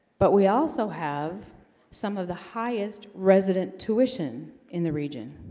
but we also have some of the highest resident tuition in the region